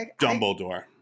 Dumbledore